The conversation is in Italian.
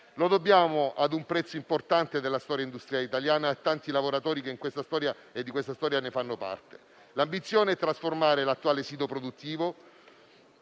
lo dobbiamo a un pezzo importante della storia industriale italiana e ai tanti lavoratori che di questa storia fanno parte. L'ambizione è quella di trasformare l'attuale sito produttivo